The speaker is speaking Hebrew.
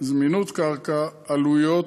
זמינות קרקע, עלויות,